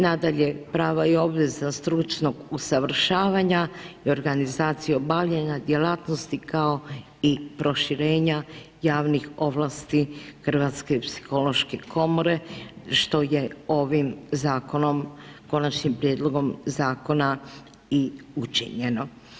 Nadaje, prava i obveze stručnog usavršavanja i organizaciju obavljanja djelatnosti, kao i proširenja javnih ovlasti Hrvatske psihološke komore, što je ovim zakonom, konačnim prijedlogom i učinjeno.